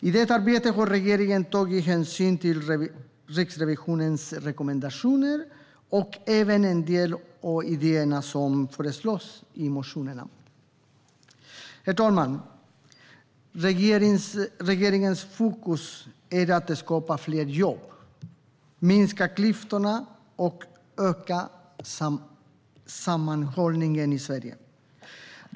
I detta arbete har regeringen tagit hänsyn till Riksrevisionens rekommendationer och även en del av de idéer som föreslås i motionerna. Herr talman! Regeringens fokus är att skapa fler jobb, minska klyftorna och öka sammanhållningen i Sverige.